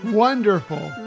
wonderful